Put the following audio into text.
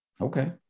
Okay